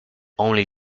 only